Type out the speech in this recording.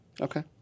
Okay